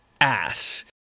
ass